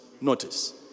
Notice